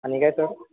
आणि काय सर